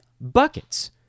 buckets